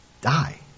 die